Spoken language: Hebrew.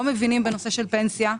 לא מבינים בנושא של פנסיה.